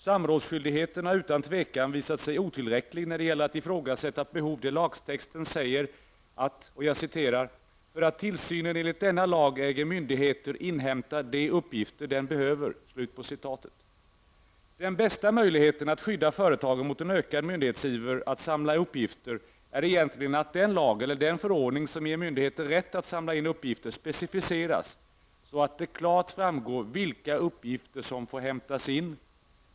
Samrådsskyldigheten har utan tvivel visat sig otillräcklig när det gäller att ifrågasätta ett behov där lagtexten säger att ''för tillsyn enligt denna lag äger myndigheter inhämta de uppgifter de behöver''. Den bästa möjligheten att skydda företagen mot en ökad myndighetsiver att samla uppgifter är egentligen att den lag eller den förordning som ger myndigheter rätt att samla in uppgifter specificeras så att det klart framgår vilka uppgifter som får hämtas in.